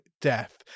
death